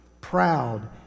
proud